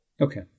Okay